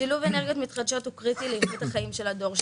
שילוב אנרגיות מתחדשות הוא קריטי לאיכות החיים של הדור שלי.